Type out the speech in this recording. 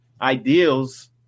ideals